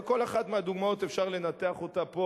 וכל אחת מהדוגמאות אפשר לנתח אותה פה,